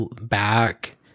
back